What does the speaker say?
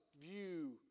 view